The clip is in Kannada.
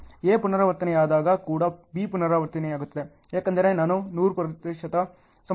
A ಪುನರಾವರ್ತನೆಯಾದ ಕೂಡ B ಪುನರಾವರ್ತನೆಯಾಗುತ್ತದೆ ಏಕೆಂದರೆ ನಾನು 100 ಪ್ರತಿಶತ ಸಂಭವನೀಯತೆಯನ್ನು ಹೇಳಿದ್ದೇನೆ